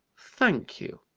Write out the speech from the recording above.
thank you.